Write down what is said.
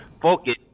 focus